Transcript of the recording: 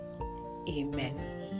Amen